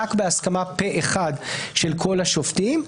רק בהסכמה פה אחד של כל השופטים,